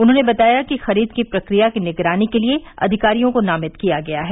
उन्होंने बताया कि खरीद की प्रक्रिया की निगरानी के लिये अधिकारियों को नामित किया गया है